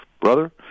brother